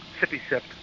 sippy-sip